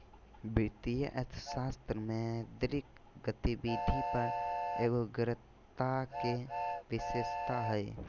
वित्तीय अर्थशास्त्र मौद्रिक गतिविधि पर एगोग्रता के विशेषता हइ